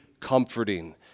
comforting